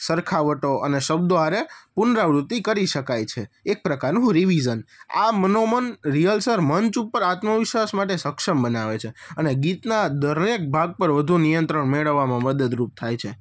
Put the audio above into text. સરખાવટો અને શબ્દો હારે પુનરાવૃત્તિ કરી શકાય છે એક પ્રકારનું રિવિઝન આ મનોમન રિહર્સલ મંચ ઉપર આત્મવિશ્વાસ માટે સક્ષમ બનાવે છે અને ગીતના દરેક ભાગ પર વધુ નિયંત્રણ મેળવવામાં મદદરૂપ થાય છે